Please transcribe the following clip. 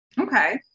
Okay